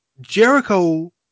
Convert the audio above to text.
Jericho